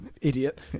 idiot